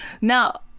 now